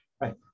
right